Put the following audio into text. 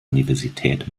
universität